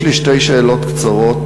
יש לי שתי שאלות קצרות.